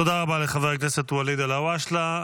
תודה רבה לחבר הכנסת ואליד אלהואשלה.